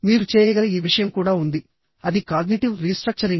మీరు చేయగల ఈ విషయం కూడా ఉంది అది కాగ్నిటివ్ రీస్ట్రక్చరింగ్